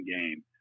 game